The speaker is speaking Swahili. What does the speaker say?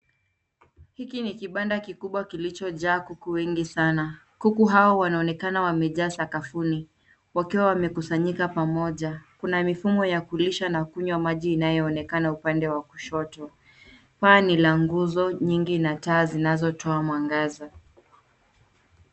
Hiki ni kibanda kikubwa kilicho jaa kuku wengi sana, kuku hawa wanaonekana wamejaa sakafuni wakiwa wamekusanyika pamoja. Kuna mifumo ya kulisha na kunyua maji inayoonekana kwa upande wa kushoto. Paa ni la nguzo nyingi na taa zinazo toa mwangaza.